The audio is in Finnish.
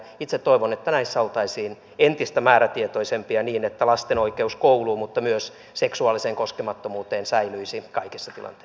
itse toivon että näissä oltaisiin entistä määrätietoisempia niin että lasten oikeus kouluun mutta myös seksuaaliseen koskemattomuuteen säilyisi kaikissa tilanteissa